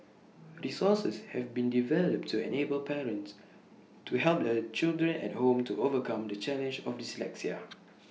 resources have been developed to enable parents to help their children at home to overcome the challenge of dyslexia